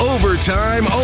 Overtime